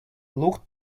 looked